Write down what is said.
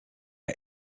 are